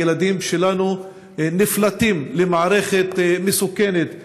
הילדים שלנו נפלטים למערכת מסוכנת,